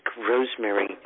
Rosemary